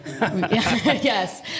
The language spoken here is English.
Yes